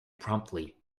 promptly